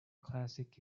classic